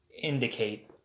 indicate